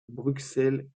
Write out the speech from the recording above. bruxelles